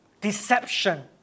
deception